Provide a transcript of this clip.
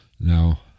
now